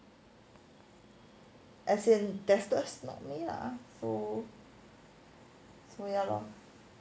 as in there's that's not me lah for so so ya lor